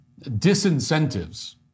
Disincentives